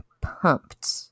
pumped